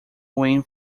win